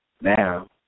Now